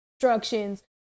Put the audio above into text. instructions